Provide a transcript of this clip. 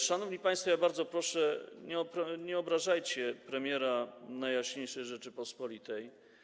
Szanowni państwo, ja bardzo proszę, nie obrażajcie premiera Najjaśniejszej Rzeczypospolitej.